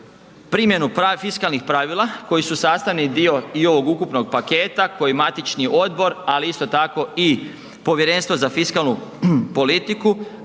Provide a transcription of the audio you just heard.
primjenu fiskalnih pravila koji su sastavni dio i ovog ukupnog paketa koji matični odbor ali isto tako i Povjerenstvo za fiskalnu politiku